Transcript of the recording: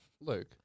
Luke